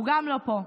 הוא גם לא פה.